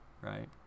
right